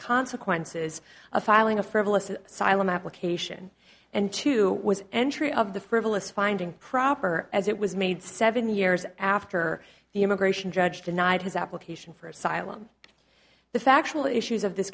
consequences of filing a frivolous siloam application and two was entry of the frivolous finding proper as it was made seven years after the immigration judge denied his application for asylum the factual issues of this